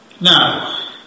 Now